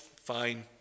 fine